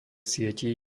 sietí